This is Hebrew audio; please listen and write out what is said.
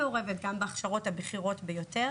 גם בהכשרות הבכירות ביותר